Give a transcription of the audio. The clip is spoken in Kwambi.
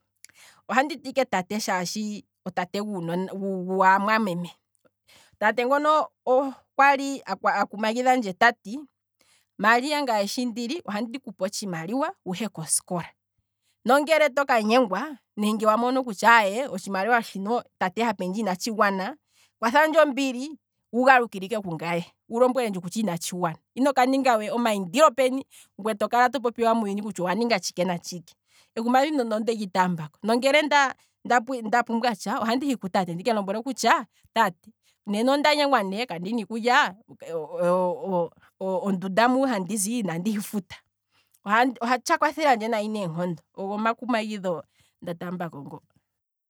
Ohandi ti ike tate shaashi otate gwaamwameme, tate ngono okwali akumagidhandje tati, maria ngaye shi ndili, ohandi kupe otshimaliwa nde tohi koskola, nongele owa kamona kutya otshimaliwa handi kupe inatshi gwana, kwathandje ombili wu galukile ike kungaye wu lombwelendje kutya inatshi gwana, inoka ninga nande omayindilo peni, ngwee tokala to popiwa muuyuni kutya owa ninga tshike natshike, ekumagidho ndono ondeli taambako, nongele nda- nda nda pumbwa tsha, ohandi hi ku tate ndikemu lombwele ne kutya, tate nena onda nyengwa ne kandina iikulya, ondunda mu handizi, inandi hi futa, otsha kwathelandje neenkondo, ogo omakumagidho nda taambako ngo.